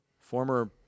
former